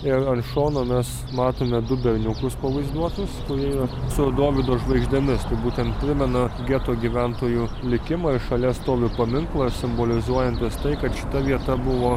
ir ant šono mes matome du berniukus pavaizduotus kurie yra su dovydo žvaigždėmis tai būtent primena geto gyventojų likimą ir šalia stovi paminklas simbolizuojantis tai kad šita vieta buvo